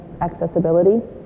accessibility